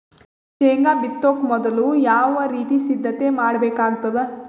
ಶೇಂಗಾ ಬಿತ್ತೊಕ ಮೊದಲು ಯಾವ ರೀತಿ ಸಿದ್ಧತೆ ಮಾಡ್ಬೇಕಾಗತದ?